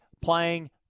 playing